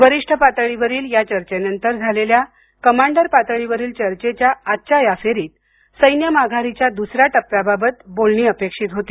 वरिष्ठ पातळीवरील या चर्चेनंतर झालेल्या कमांडर पातळीवरील चर्चेच्या आजच्या या फेरीत सैन्य माघारीच्या दुसऱ्या टप्प्याबाबत बोलणी अपेक्षित होती